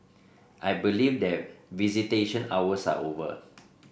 I believe that visitation hours are over